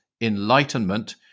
enlightenment